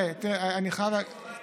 תראה, אנשים לא יכלו ללמוד.